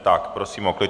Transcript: Tak prosím o klid.